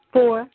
Four